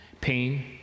pain